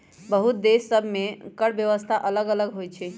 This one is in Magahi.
बहुते देश सभ के कर व्यवस्था अल्लग अल्लग होई छै